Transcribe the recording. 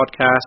Podcast